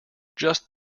just